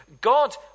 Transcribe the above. God